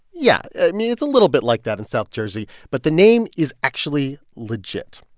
yeah. i mean, it's a little bit like that in south jersey. but the name is actually legit.